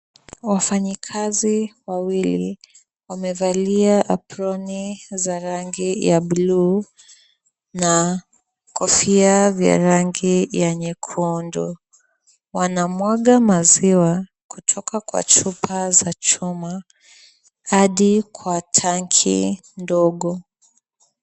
Wafanyikazi wawili wamevalia aproni za rangi ya bluu na kofia vya rangi ya nyekundu. Wanamwaga maziwa kutoka kwa chupa za chuma hadi kwa tanki ndogo.